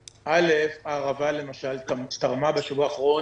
הערבה למשל תרמה בשבוע האחרון